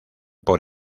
por